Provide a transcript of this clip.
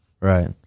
Right